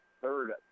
third